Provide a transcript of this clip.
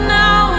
now